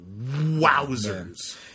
wowzers